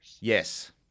Yes